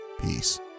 Peace